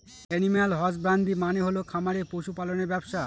animal husbandry মানে হল খামারে পশু পালনের ব্যবসা